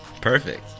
Perfect